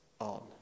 on